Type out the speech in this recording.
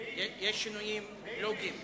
יש שינויים לוגיים.